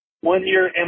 one-year